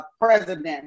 president